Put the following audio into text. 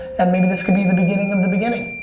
and maybe this can be the beginning of the beginning.